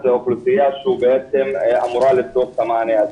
לאוכלוסייה שבעצם אמורה לקבל את המענה הזה.